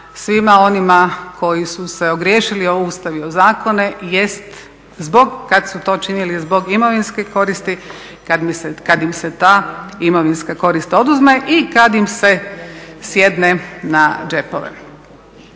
svima onima koji su se ogriješili o Ustav i o zakone jest zbog, kada su to činili zbog imovinske koristi, kada im se ta imovinska korist oduzme i kada im se sjedne na džepove.